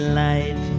light